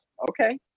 okay